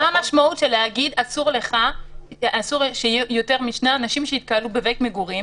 מה המשמעות להגיד אסור שיהיו יותר משני אנשים שיתקהלו בבית מגורים?